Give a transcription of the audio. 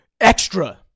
extra